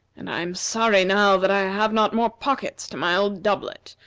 and i am sorry now that i have not more pockets to my old doublet,